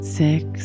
six